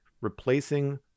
replacing